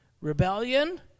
Rebellion